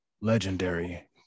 legendary